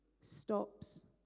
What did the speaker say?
Stops